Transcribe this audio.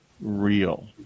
real